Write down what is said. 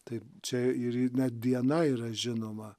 taip čia ir net diena yra žinoma